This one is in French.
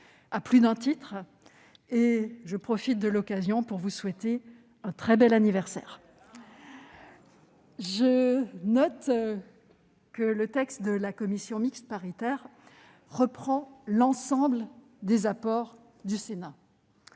je profite de l'occasion pour vous souhaiter un très bel anniversaire. Je note que le texte de la commission mixte paritaire reprend l'ensemble des apports du Sénat.